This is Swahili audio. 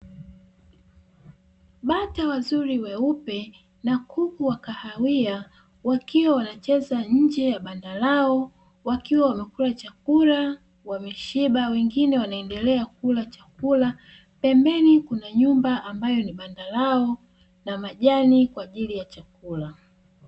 Bata wazuri weupe na kuku wa kahawia, wakiwa wanacheza nje ya banda lao wakiwa wanakula chakula wameshiba ,wengine wanaendela kula chakula. Pembeni kuna nyumba ambayo ni banda lao na majani kwa ajili ya chakula.